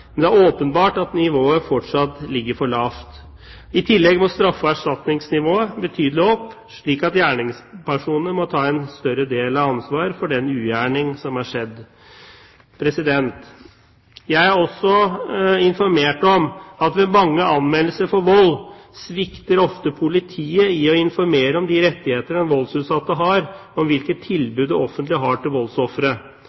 men det er åpenbart at nivået fortsatt ligger for lavt. I tillegg må straffe- og erstatningsnivået betydelig opp, slik at gjerningspersonene må ta en større del av ansvaret for den ugjerning som er begått. Jeg er også informert om at ved mange anmeldelser for vold svikter ofte politiet i å informere om de rettigheter den voldsutsatte har, og om hvilket tilbud det offentlige har til voldsofre, herunder hvilke